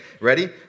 Ready